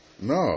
no